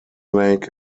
lake